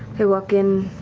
walk in.